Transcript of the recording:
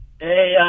Hey